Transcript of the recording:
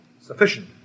sufficient